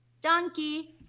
donkey